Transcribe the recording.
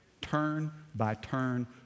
turn-by-turn